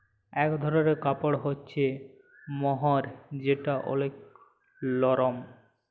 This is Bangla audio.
ইক ধরলের কাপড় হ্য়চে মহের যেটা ওলেক লরম